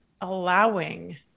allowing